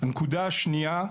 הנקודה השנייה,